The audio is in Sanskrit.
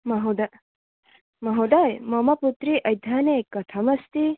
महोद् महोदय मम पुत्री अध्ययने कथम् अस्ति